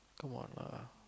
come on lah